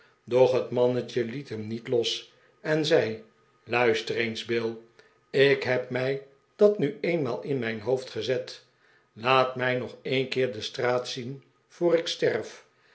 doch het mannetje liet hem niet los en zei luister eens bill ik heb mij dat nu eenmaal in mijn hoofd gezet laat mij nog een keer de straat zien voor ik sterf